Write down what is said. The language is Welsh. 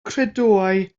credoau